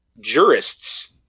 jurists